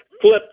flipped